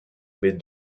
mais